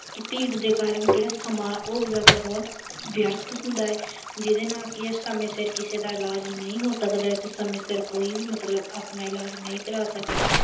ਕੀ ਭੀੜ ਦੇ ਕਾਰਨ ਜਿਹੜਾ ਸਮਾਂ ਉਹ ਜ਼ਿਆਦਾ ਬਹੁਤ ਵਿਅਰਥ ਹੁੰਦਾ ਜਿਹਦੇ ਨਾਲ ਕੀ ਹੈ ਸਮੇਂ ਸਿਰ ਕਿਸੇ ਦਾ ਇਲਾਜ ਨਹੀਂ ਹੋ ਸਕਦਾ ਅਤੇ ਸਮੇਂ ਸਿਰ ਕੋਈ ਵੀ ਮਤਲਬ ਆਪਣਾ ਇਲਾਜ ਨਹੀਂ ਕਰਾ ਸਕਦਾ